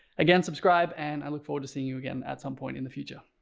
again, subscribe and i look forward to seeing you again at some point in the future.